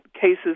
cases